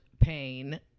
pain